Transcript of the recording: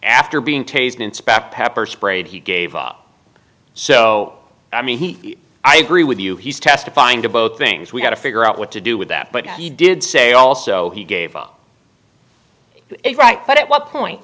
after being tasered inspector pepper sprayed he gave up so i mean he i agree with you he's testifying to both things we've got to figure out what to do with that but he did say also he gave it right but at what point